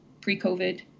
pre-COVID